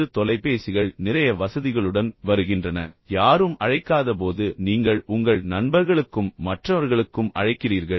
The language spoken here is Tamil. இன்று தொலைபேசிகள் நிறைய வசதிகளுடன் வருகின்றன யாரும் அழைக்காதபோது நீங்கள் உங்கள் நண்பர்களுக்கும் மற்றவர்களுக்கும் அழைக்கிறீர்கள்